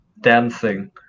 dancing